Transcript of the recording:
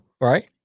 Right